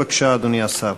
בבקשה, אדוני השר.